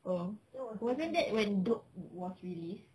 oh wasn't that when dope was released